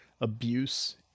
abuse